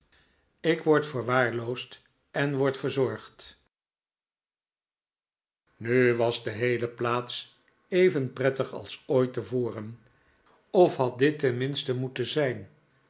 nu was de heele plaats even prettig als ooit tevoren of had dit tenminste moeten zijn